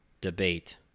debate